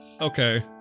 Okay